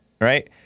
right